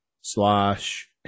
slash